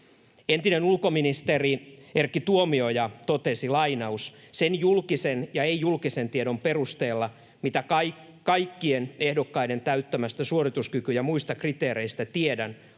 Entinen ulkoministeri Erkki Tuomioja totesi: ”Sen julkisen ja ei-julkisen tiedon perusteella, mitä kaikkien ehdokkaiden täyttämästä suorituskyky- ja muista kriteereistä tiedän...”